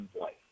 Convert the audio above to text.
life